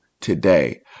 today